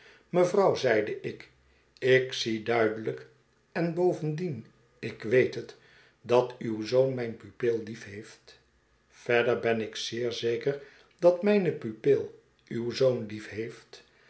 mevrouw zeide ik ik zie duidelijk en bovendien ik weet het dat uw zoon mijne pupil liefheeft verder ben ik zeer zeker dat mijne pupil uw zoon